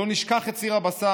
לא נשכח את סיר הבשר.